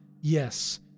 yes